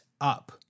up